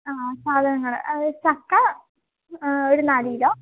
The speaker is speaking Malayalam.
ആ സാധനങ്ങൾ ചക്ക ഒരു നാല് കിലോ